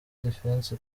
defense